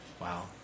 Wow